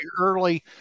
early